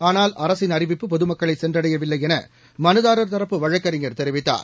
ஆனால் அரசின் அறிவிப்பு பொதுமக்களை சென்றடையவில்லை என மனுதாரர் தரப்பு வழக்கறிஞர் தெரிவித்தார்